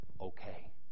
Okay